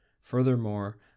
Furthermore